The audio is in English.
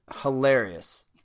Hilarious